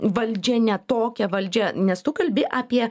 valdžia ne tokia valdžia nes tu kalbi apie